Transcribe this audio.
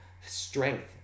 strength